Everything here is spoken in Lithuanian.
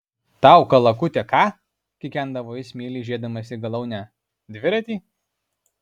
tau kalakute ką kikendavo jis meiliai žiūrėdamas į galaunę dviratį